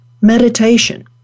Meditation